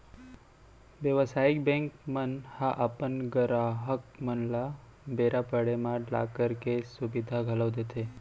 बेवसायिक बेंक मन ह अपन गराहक मन ल बेरा पड़े म लॉकर के सुबिधा घलौ देथे